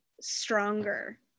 stronger